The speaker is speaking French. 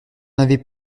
avez